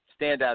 standout